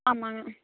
ஆமாங்க